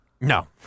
No